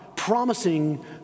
promising